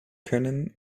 können